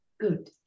Good